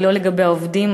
היא לא לגבי העובדים.